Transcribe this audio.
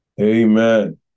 Amen